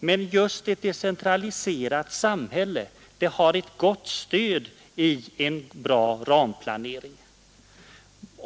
Men just ett decentraliserat folkpartimotionen. och måste samhälle har ett gott stöd i en bra ramplanering.